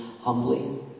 humbly